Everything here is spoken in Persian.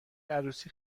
عروسی